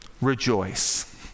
rejoice